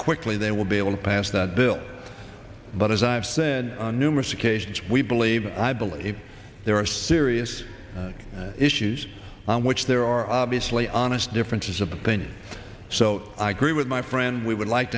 quickly they will be able to pass that bill but as i've said on numerous occasions we believe i believe there are serious issues on which there are obviously honest differences of opinion so i agree with my friend we would like